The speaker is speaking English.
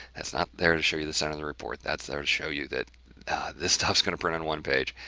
that's not there to show you the center on the report that's there to show you that this stuff's going to print on one page,